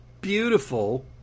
beautiful